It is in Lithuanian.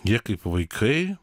jie kaip vaikai